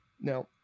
Now